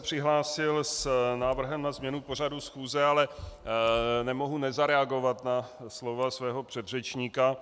Přihlásil jsem se s návrhem na změnu pořadu schůze, ale nemohu nezareagovat na slova svého předřečníka.